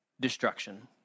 destruction